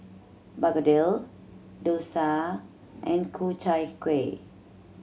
begedil dosa and Ku Chai Kuih